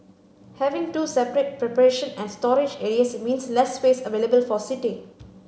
having two separate preparation and storage areas means less space available for seating